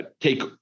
Take